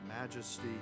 majesty